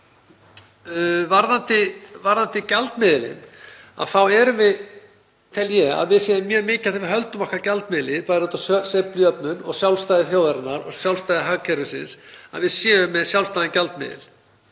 Varðandi gjaldmiðilinn þá tel ég mjög mikilvægt að við höldum okkar gjaldmiðli, bara út af sveiflujöfnun og sjálfstæði þjóðarinnar og sjálfstæði hagkerfisins, að við séum með sjálfstæðan gjaldmiðil.